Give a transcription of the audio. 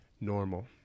normal